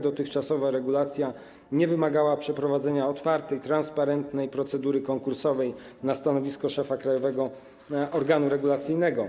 Dotychczasowa regulacja nie wymagała przeprowadzenia otwartej, transparentnej procedury konkursowej na stanowisko szefa krajowego organu regulacyjnego.